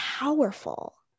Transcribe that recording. Powerful